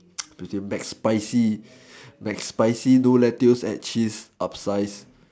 McSpicy McSpicy no lettuce add cheese upsize